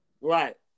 Right